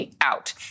out